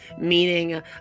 meaning